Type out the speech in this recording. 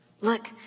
Look